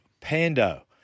Pando